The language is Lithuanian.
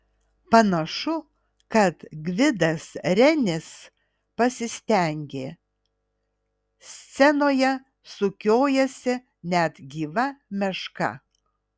panašu kad gvidas renis pasistengė scenoje sukiojasi net gyva meška